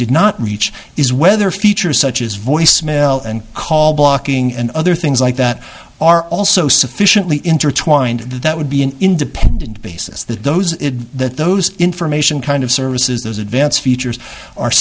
did not reach is whether features such as voice mail and call blocking and other things like that are also sufficiently intertwined that would be an independent basis that those that those information kind of services those advanced features are